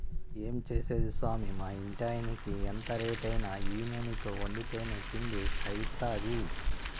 ఏం చేసేది సామీ మా ఇంటాయినకి ఎంత రేటైనా ఈ నూనెతో వండితేనే తిండి సయిత్తాది